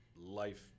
life